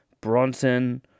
Bronson